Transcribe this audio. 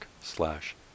slash